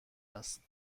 است